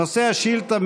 נושא השאילתה,